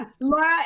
Laura